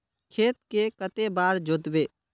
खेत के कते बार जोतबे?